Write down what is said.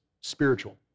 spiritual